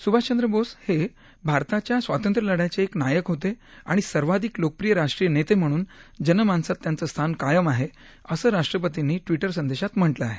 सुभाषचंद्र बोस हे भारताच्या स्वांतत्र्यलढ्याचे एक नायक होते आणि सर्वाधिक लोकप्रिय राष्ट्रीय नेते म्हणून जनमानसात त्यांचं स्थान कायम आहे असं राष्ट्रपतींनी ट्विटर संदेशात म्हटलं आहे